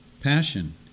passion